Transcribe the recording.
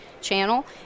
channel